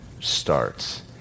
starts